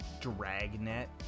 Dragnet